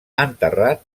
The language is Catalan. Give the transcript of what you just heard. enterrat